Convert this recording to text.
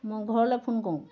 মই ঘৰলৈ ফোন কৰোঁ